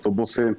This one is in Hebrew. אוטובוסים.